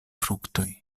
fruktoj